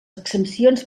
exempcions